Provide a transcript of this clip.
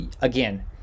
again